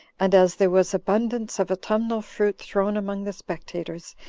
and as there was abundance of autumnal fruit thrown among the spectators,